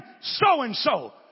so-and-so